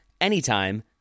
anytime